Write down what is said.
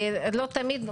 את אומרת,